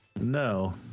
No